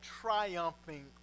triumphing